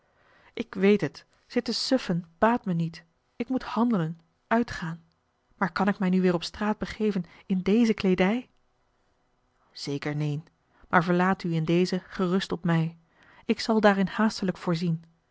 ik weet het zitten suffen baat me niet ik moet handelen uitgaan maar kan ik mij nu weêr op straat begeven in deze kleedij a l g bosboom-toussaint de delftsche wonderdokter eel eker neen maar verlaat u in deze gerust op mij ik zal daarin haastelijk voorzien